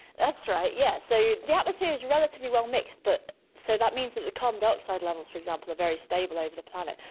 that's right, yes. so the atmosphere is relatively well mixed, but so that means that the carbon dioxide levels, for example, are very stable over the planet.